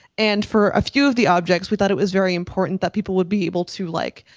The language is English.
and for a few of the objects we thought it was very important that people would be able to like,